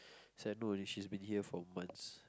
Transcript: it's like no she's been here for months